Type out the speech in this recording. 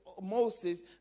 Moses